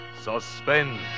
Suspense